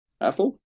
apple